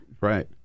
Right